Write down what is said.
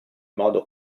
modo